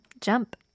Jump